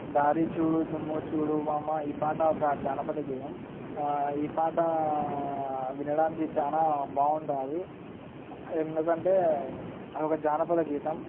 దారిచూడు దుమ్ము చూడు మామ ఈ పాట ఒక జానపద గేయం ఈ పాట వినడానికి చాలా బాగుంటుంది ఎందుకంటే అది ఒక జానపద గీతం